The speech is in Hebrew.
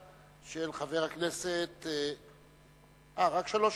של חבר הכנסת כץ.